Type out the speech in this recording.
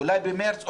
אולי במרץ,